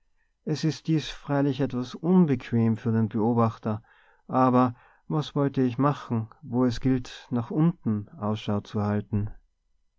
es ist dies freilich etwas unbequem für den beobachter aber was wollte ich machen wo es gilt nach unten ausschau zu halten